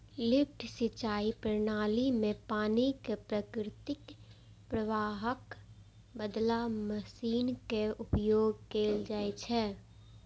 lift सिंचाइ प्रणाली मे पानि कें प्राकृतिक प्रवाहक बदला मशीनक उपयोग कैल जाइ छै